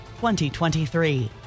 2023